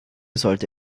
sollte